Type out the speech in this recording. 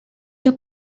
are